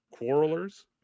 Quarrelers